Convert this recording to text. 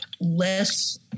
less